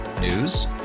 News